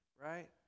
right